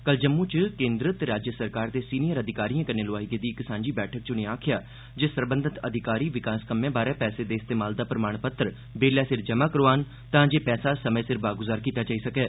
कल जम्मू च केन्द्र ते राज्य सरकार दे सीनियर अधिकारियें कन्नै लोआई गेदी इक सांझी बैठक च उनें आक्खेआ जे सरबंधित अधिकारी विकास कम्में बारै पैसे दे इस्तेमाल दा प्रमाण पत्र बेल्लै सिर जमा करोआन तां जे पैसा समें सिर बागुजार कीता जाई सकै